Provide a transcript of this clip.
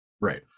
right